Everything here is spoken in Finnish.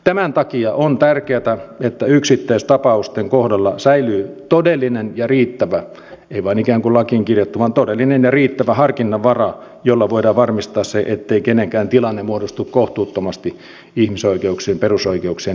tämän takia on tärkeätä että yksittäistapausten kohdalla säilyy todellinen ja riittävä ei vain ikään kuin lakiin kirjattu vaan todellinen ja riittävä harkinnanvara jolla voidaan varmistaa se ettei kenenkään tilanne muodostu kohtuuttomaksi ihmisoikeuksien perusoikeuksien näkökulmasta